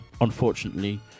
unfortunately